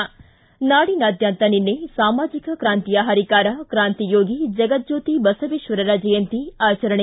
ಿ ನಾಡಿನಾದ್ಯಂತ ನಿನ್ನೆ ಸಾಮಾಜಿಕ ಕ್ರಾಂತಿಯ ಹರಿಕಾರ ಕ್ರಾಂತಿಯೋಗಿ ಜಗಜ್ಞೋತಿ ಬಸವೇಶ್ವರರ ಜಯಂತಿ ಆಚರಣೆ